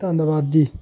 ਧੰਨਵਾਦ ਜੀ